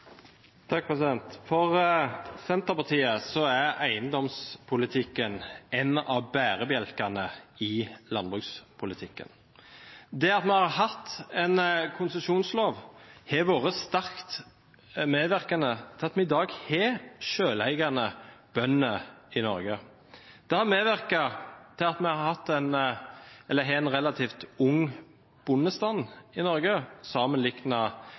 For Senterpartiet er eiendomspolitikken en av bærebjelkene i landbrukspolitikken. Det at man har hatt en konsesjonslov, har vært sterkt medvirkende til at vi i dag har selveiende bønder i Norge. Det har medvirket til at vi har en relativt ung bondestand i Norge sammenlignet med en rekke andre land, og loven har vært jevnlig justert og brakt i